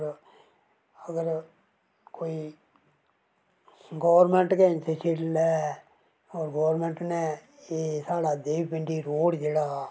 और अगर कोई गौरमैंट गै इनिशेटिव लै और गौरमैंट नै एह् साढ़ा देवी पिण्डी रोड जेह्ड़ा